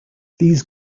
these